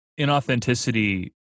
inauthenticity